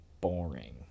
boring